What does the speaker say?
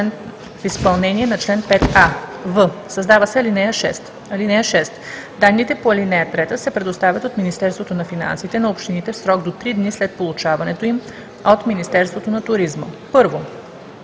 в изпълнение на чл. 5а.“; в) създава се ал. 6: „(6) Данните по ал. 3 се предоставят от Министерството на финансите на общините в срок до три дни след получаването им от Министерството на туризма: 1.